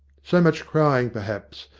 so much crying, perhaps,